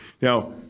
Now